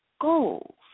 goals